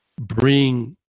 bring